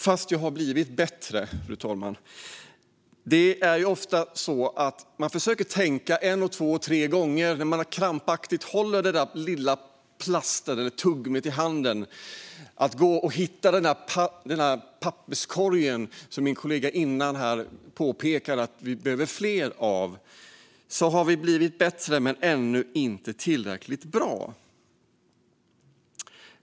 Fast jag har blivit bättre är jag den förste att erkänna. Man försöker tänka en, två och tre gånger när man krampaktigt håller den lilla plastbiten eller tuggummit i handen. Det gäller att gå och hitta den där papperskorgen. Min kollega innan här påpekade att vi behöver fler av dem. Vi har blivit bättre, men vi är ännu inte tillräckligt bra.